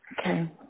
Okay